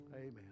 Amen